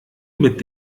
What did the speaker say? mit